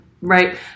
right